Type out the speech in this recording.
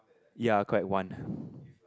ya correct one